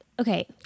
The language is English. Okay